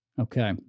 Okay